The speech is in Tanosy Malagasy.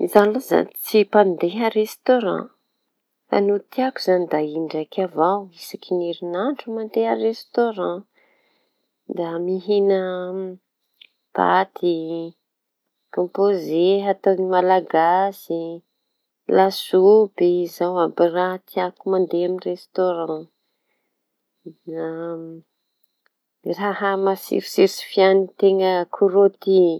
Zaho aloha izañy tsy mpandeha restôran fa ny tiako izañy da in-draika avao isaky ny herinandro mandeha restôran, da mihina paty kompoze ataony malagasy; lasopy zao àby raha tiako mandeha amiñy restôran; da raha matsiro tsiro tsy fihany teña akoho rôty.